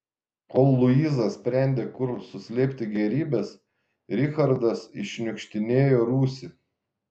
kol luiza sprendė kur suslėpti gėrybes richardas iššniukštinėjo rūsį